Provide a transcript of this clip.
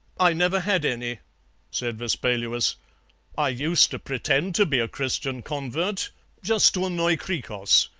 i never had any said vespaluus i used to pretend to be a christian convert just to annoy hkrikros.